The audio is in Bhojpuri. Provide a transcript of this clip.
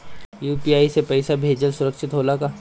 यू.पी.आई से पैसा भेजल सुरक्षित होला का?